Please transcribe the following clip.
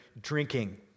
drinking